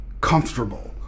comfortable